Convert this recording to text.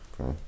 Okay